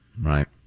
right